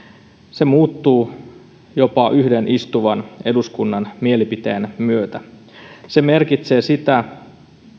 se muuttuu jopa yhden istuvan eduskunnan mielipiteen myötä se merkitsee sitä